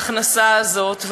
להכנסה הזאת.